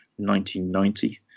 1990